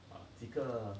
啊几个